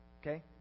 Okay